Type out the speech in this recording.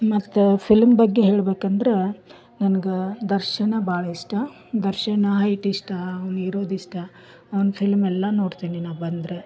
ಮತ್ತು ಫಿಲ್ಮ್ ಬಗ್ಗೆ ಹೇಳ್ಬೇಕಂದ್ರೆ ನನ್ಗೆ ದರ್ಶನ ಭಾಳಿಷ್ಟ ದರ್ಶನ್ ಹೈಟ್ ಇಷ್ಟ ಅವ್ನು ಇರೋದು ಇಷ್ಟ ಅವ್ನ ಫಿಲ್ಮ್ ಎಲ್ಲ ನೋಡ್ತೀನಿ ನಾ ಬಂದರೆ